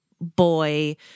boy